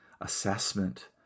assessment